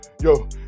Yo